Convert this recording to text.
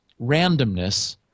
randomness